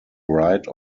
rite